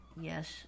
Yes